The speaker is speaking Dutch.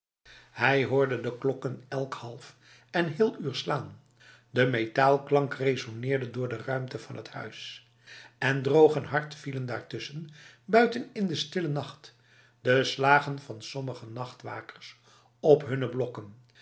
hij hoorde de klokken elk half en heel uur slaan de metaalklank resoneerde door de ruimte van het huis en droog en hard vielen daartussen buiten in de stille nacht de slagen van sommige nachtwakers op hunne blokken